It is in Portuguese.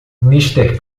mister